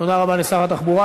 תודה רבה לשר התחבורה.